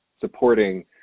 supporting